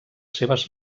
seves